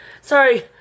Sorry